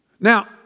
Now